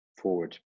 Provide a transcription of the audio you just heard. forward